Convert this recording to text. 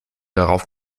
darauf